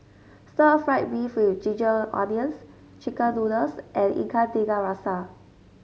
Stir Fried Beef with Ginger Onions chicken noodles and Ikan Tiga Rasa